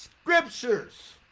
Scriptures